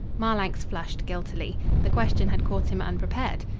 marlanx flushed guiltily. the question had caught him unprepared.